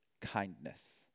kindness